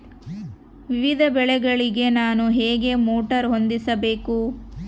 ವಿವಿಧ ಬೆಳೆಗಳಿಗೆ ನಾನು ಹೇಗೆ ಮೋಟಾರ್ ಹೊಂದಿಸಬೇಕು?